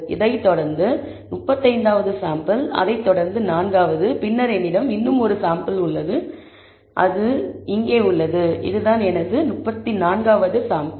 அதைத் தொடர்ந்து 35 வது சாம்பிள் அதைத் தொடர்ந்து சாம்பிள் 4 பின்னர் என்னிடம் இன்னும் ஒரு சாம்பிள் உள்ளது இது இங்கே உள்ளது இது 34 வது சாம்பிள்